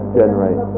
generate